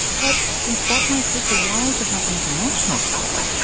but since that might take a while to happen at a national scale,